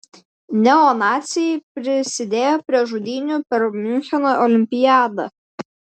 neonaciai prisidėjo prie žudynių per miuncheno olimpiadą